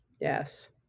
Yes